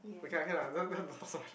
we can lah can lah then don't talk so much